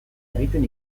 egiten